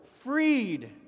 Freed